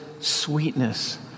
sweetness